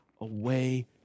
away